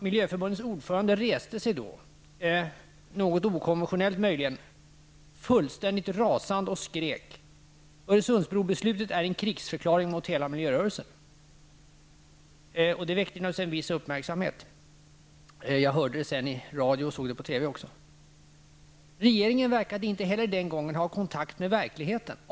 Miljöförbundets ordförande reste sig då, möjligen något okonventionellt, fullständigt rasande och skrek: Öresundsbrobeslutet är en krigsförklaring mot hela miljörörelsen. Det väckte naturligtvis en viss uppmärksamhet -- jag hörde det senare i radio och TV. Regeringen verkade inte heller den gången ha någon kontakt med verkligheten.